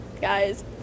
guys